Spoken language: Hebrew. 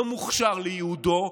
לא מוכשר לייעודו.